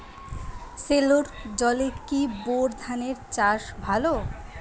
সেলোর জলে কি বোর ধানের চাষ ভালো?